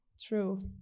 true